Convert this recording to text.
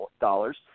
dollars